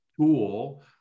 tool